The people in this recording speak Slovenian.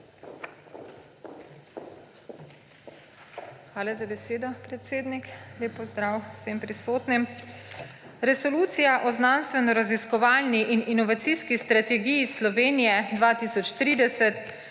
Hvala za besedo, predsednik. Lep pozdrav vsem prisotnim! Resolucija o znanstvenoraziskovalni in inovacijski strategiji Slovenije 2030